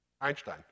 Einstein